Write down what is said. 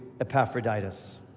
Epaphroditus